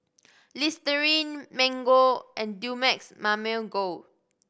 Listerine Mango and Dumex Mamil Gold